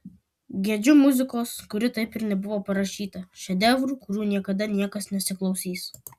gedžiu muzikos kuri taip ir nebuvo parašyta šedevrų kurių niekada niekas nesiklausys